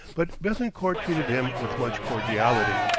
but bethencourt treated him with much cordiality.